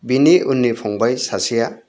बिनि उननि फंबाइ सासेया